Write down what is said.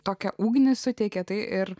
tokią ugnį suteikė tai ir